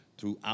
throughout